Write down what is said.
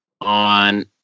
on